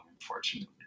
unfortunately